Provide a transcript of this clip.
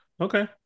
okay